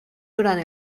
durant